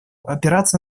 опираться